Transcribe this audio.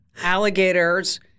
alligators